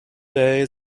day